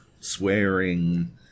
swearing